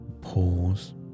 Pause